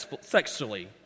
sexually